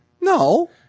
No